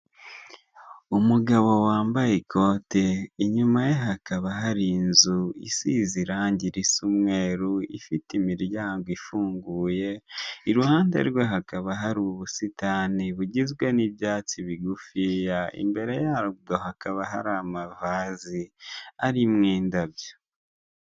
Umugabo wambaye ikote inyuma ye hakaba hari inzu isize irange risa umweru, ifite imiryango ifunguye imbere ye hakaba hari ubusitani bugizwe n'ibyatsi bigufiye imbere ye hakaba hari amavazi arimo indabyo.